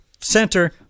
center